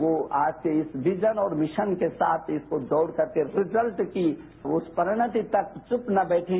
वो आज से इस विजन और इस मिशन के साथ इसको दौड़कर के रिजल्ट की परिणति तक चुप न बैठें